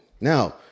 Now